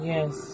Yes